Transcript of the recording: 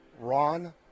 Ron